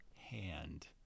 hand